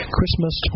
Christmas